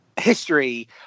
history